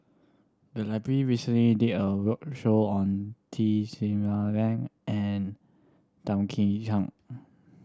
the library recently did a roadshow on T and Tan Kim Tian